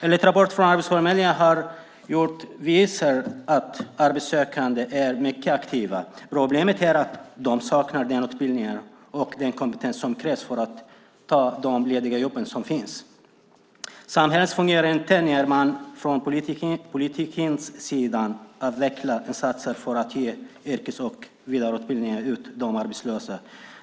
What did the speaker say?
En rapport som Arbetsförmedlingen har gjort visar att de arbetssökande är mycket aktiva. Problemet är att de saknar den utbildning och kompetens som krävs för att ta de lediga jobb som finns. Samhället fungerar inte när man från politikens sida avvecklar insatser för att ge yrkesutbildning och vidareutbildning till de arbetslösa.